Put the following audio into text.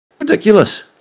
Ridiculous